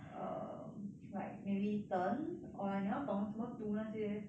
err like maybe turn or like 你要懂怎么读那些